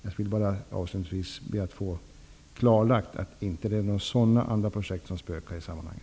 Avslutningsvis skulle jag vilja få klarlagt att några sådana projekt inte spökar i det här sammanhanget.